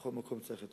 בכל מקום צריך היתר.